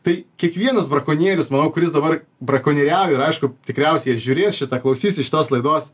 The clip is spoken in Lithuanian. tai kiekvienas brakonierius manau kuris dabar brakonieriauja ir aišku tikriausiai žiūrės šitą klausysis tos laidos